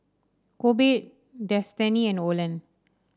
Kobe Destany and Olan